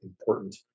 important